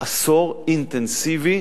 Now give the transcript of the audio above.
עשור אינטנסיבי,